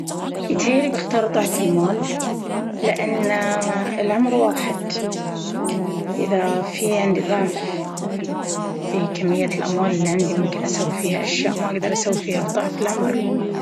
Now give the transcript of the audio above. يتهيأ لي بختار ضعف المال لأن العمر واحد إذا في عندي ضعف في كمية الأموال الي عندي ممكن أسوي فيها أشياء ما أقدر أسويها في ضعف العمر.